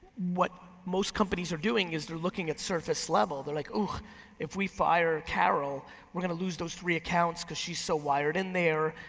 what most companies are doing is they're looking at surface level. they're like ooh if we fire carol we're gonna lose those three accounts cause she's so wired in there.